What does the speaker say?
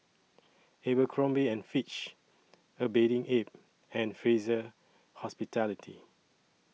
Abercrombie and Fitch A Bathing Ape and Fraser Hospitality